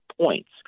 points